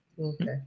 Okay